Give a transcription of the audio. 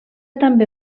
també